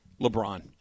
LeBron